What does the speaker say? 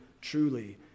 truly